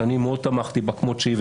ואני מאוד תמכתי בה כמות שהיא,